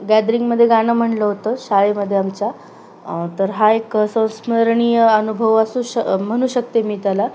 गॅदरिंगमध्ये गाणं म्हणलं होतं शाळेमध्ये आमच्या तर हा एक संस्मरणीय अनुभव असू श म्हणू शकते मी त्याला